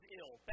ill